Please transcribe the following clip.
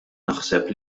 naħseb